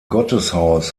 gotteshaus